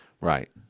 Right